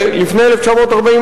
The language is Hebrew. לפני 1948,